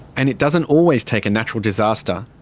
and it doesn't always take a natural disaster.